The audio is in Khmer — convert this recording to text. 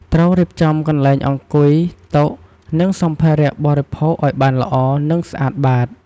ត្រូវរៀបចំកន្លែងអង្គុយ តុ និងសម្ភារៈបរិភោគឲ្យបានល្អ និងស្អាតបាត។